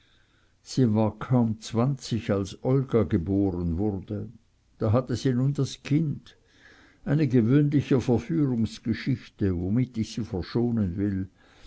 sie war kaum zwanzig als olga geboren wurde da hatte sie nun das kind eine gewöhnliche verführungsgeschichte womit ich sie verschonen will